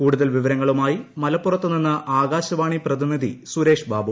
കൂടുതൽ വിവരങ്ങളുമായി മലപ്പുറത്ത് നിന്ന് ആകാശവാണി പ്രതിനിധി സുരേഷ് ബാബു